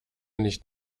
nicht